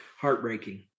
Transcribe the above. heartbreaking